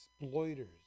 exploiters